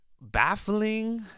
baffling